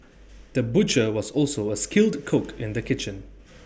the butcher was also A skilled cook in the kitchen